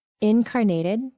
incarnated